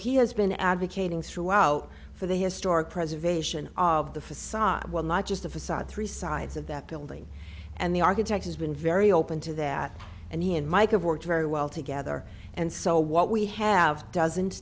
he has been advocating throughout for the historic preservation of the facade well not just a facade three sides of that building and the architect has been very open to that and he and mike of work very well together and so what we have doesn't